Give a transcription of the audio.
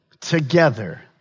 together